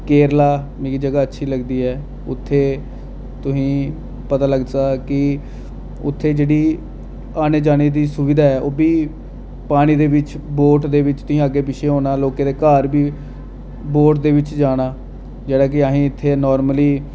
केरला मिगी जगह् अच्छी लगदी उत्थै तुसें पता लगी सकदा कि उत्थै जेह्ड़ी आने जाने दी सुविधा ऐ ओह् बी पानी दे बिच बोट दे बिच तुस अग्गे पिच्छें होना लौकें दे घर बी बोट दे बिच जाना जेह्ड़ा कि असें ई इत्थै नार्मली